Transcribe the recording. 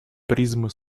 призму